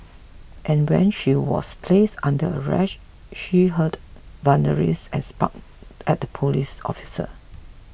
and when she was placed under arrest she hurled and spat at the police officers